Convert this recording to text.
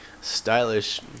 stylish